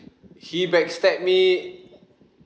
he backstab me